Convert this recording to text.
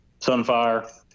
Sunfire